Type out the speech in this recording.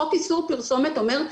חוק איסור פרסומת אומר,